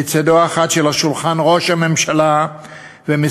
בצדו האחד של השולחן ראש הממשלה וכמה